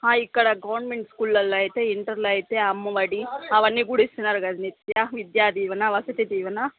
ఇక్కడ గవర్నమెంట్ స్కూల్ల్లో అయితే ఇంటర్లో అయితే అమ్మవడి అవన్నీ కూడా ఇస్తున్నారు కదా నిత్య విద్యా దీవెన వసతి దీవెన